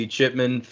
Chipman